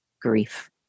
grief